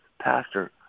pastor